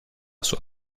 sua